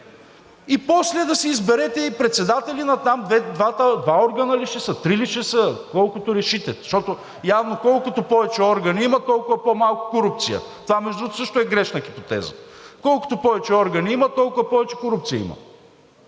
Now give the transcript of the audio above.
и после да си изберете и председатели на там два органа ли ще са, три ли ще са – колкото решите, защото явно колкото повече органи има, толкова по-малко корупция. Това, между другото, също е грешна хипотеза. Колкото повече органи има, толкова повече корупция има.